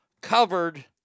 covered